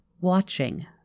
watching